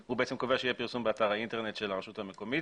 הוא קובע שיהיה פרסום באתר האינטרנט של הרשות המקומית,